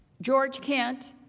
george kent,